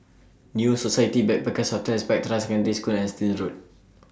New Society Backpackers' Hotel Spectra Secondary School and Still Road